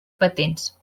patents